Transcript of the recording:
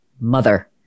Mother